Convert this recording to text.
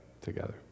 together